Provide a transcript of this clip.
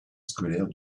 scolaire